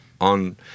on